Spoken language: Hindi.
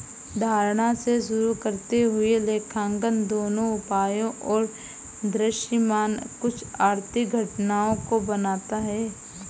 धारणा से शुरू करते हुए लेखांकन दोनों उपायों और दृश्यमान कुछ आर्थिक घटनाओं को बनाता है